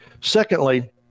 Secondly